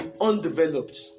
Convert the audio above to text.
undeveloped